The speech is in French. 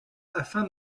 afin